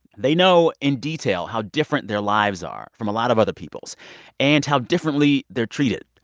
they know in detail how different their lives are from a lot of other people's and how differently they're treated.